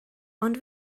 ond